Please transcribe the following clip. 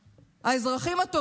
ואף אחד לא ימחק את זה,